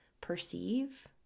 perceive